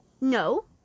No